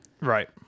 Right